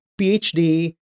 PhD